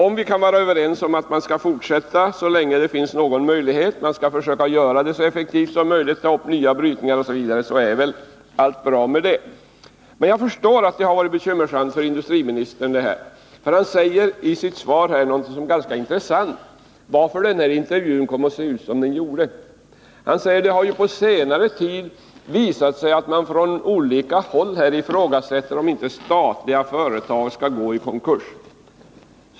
Om vi kan vara överens om att man skall fortsätta så länge det är möjligt, att man skall försöka göra verksamheten så effektiv som möjligt, att man skall ta upp nya brytningar osv., så är väl allt bra. Jag förstår att detta har varit bekymmersamt för industriministern. Han säger i sitt svar — och det är ganska intressant — beträffande anledningen till att den här intervjun kom att se ut som den gjorde: Det har ju under senare tid visat sig att man från olika håll ifrågasätter om inte statliga företag skall gå i konkurs.